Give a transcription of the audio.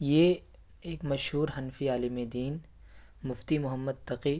یہ ایک مشہور حنفی عالم دین مفتی محمد تقی